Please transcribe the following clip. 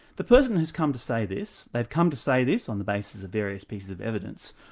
the person who's come to say this, they've come to say this on the basis of various pieces of evidence.